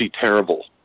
terrible